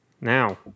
Now